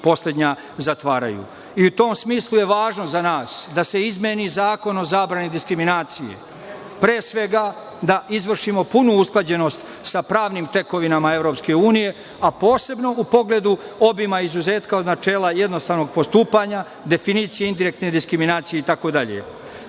i u tom smislu je važno za nas da se izmeni Zakon o zabrani diskriminacije pre svega da izvršimo punu usklađenost sa pravnim tekovinama EU, a posebno u pogledu obima izuzetka od načela jednostavnog postupanja definicije indirektne diskriminacije